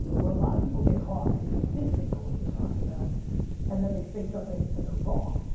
where a lot of people get caught is they think they know what they're talking about and then they say something and they're wrong.